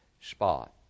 spot